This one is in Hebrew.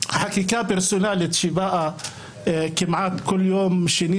לחקיקה פרסונלית שבאה כמעט כל יום שני,